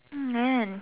hmm man